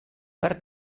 per